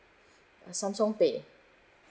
uh Samsung pay